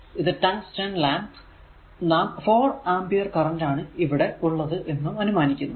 ഇത് tungsten lamp നാം 4 ampere current ആണ് ഇവിടെ ഉള്ളത് എന്ന് അനുമാനിക്കുന്നു